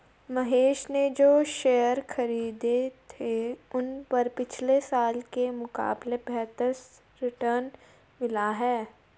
महेश ने जो शेयर खरीदे थे उन पर पिछले साल के मुकाबले बेहतर रिटर्न मिला है